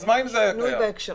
שינוי בהקשר.